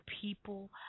people